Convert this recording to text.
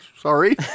Sorry